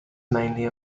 mainly